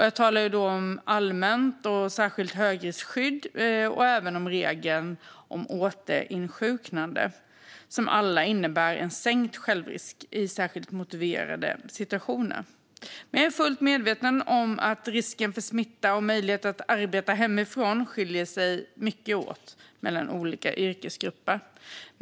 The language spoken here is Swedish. Jag talar då om allmänt och särskilt högriskskydd och om regeln om återinsjuknande, som alla innebär en sänkt självrisk i särskilt motiverade situationer. Jag är fullt medveten om att risken för smitta och möjligheten att arbeta hemifrån skiljer sig mycket åt mellan olika yrkesgrupper.